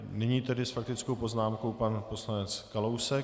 Nyní tedy s faktickou poznámkou pan poslanec Kalousek.